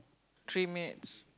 three minutes